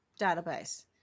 database